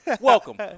Welcome